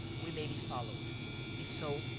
we may be followed if so,